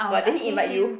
what did he invite you